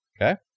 Okay